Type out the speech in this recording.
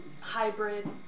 hybrid